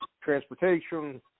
transportation